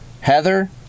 Heather